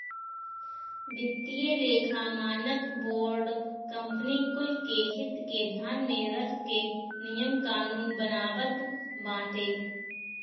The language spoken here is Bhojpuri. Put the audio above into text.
वित्तीय लेखा मानक बोर्ड कंपनी कुल के हित के ध्यान में रख के नियम कानून बनावत बाटे